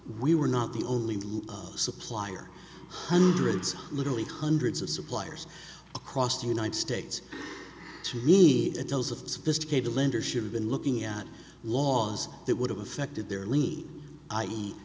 we were not the only law supplier hundreds literally hundreds of suppliers across the united states to need a dose of sophisticated lenders should have been looking at laws that would have affected their lead